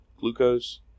glucose